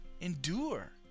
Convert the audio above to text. endure